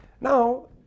Now